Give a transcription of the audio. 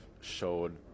showed